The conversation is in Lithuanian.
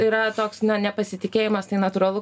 yra toks na nepasitikėjimas tai natūralu